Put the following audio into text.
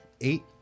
Eight